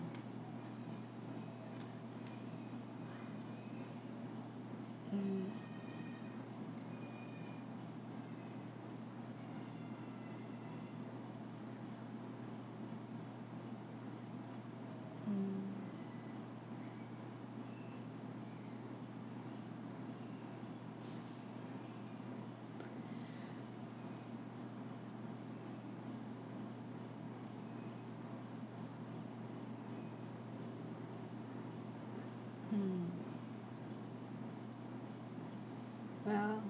mm mm hmm well